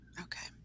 Okay